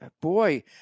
boy